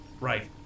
right